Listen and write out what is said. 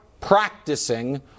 practicing